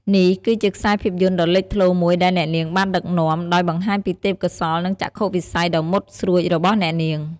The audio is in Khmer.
នេះគឺជាខ្សែភាពយន្តដ៏លេចធ្លោមួយដែលអ្នកនាងបានដឹកនាំ ដោយបង្ហាញពីទេពកោសល្យ និងចក្ខុវិស័យដ៏មុតស្រួចរបស់អ្នកនាង។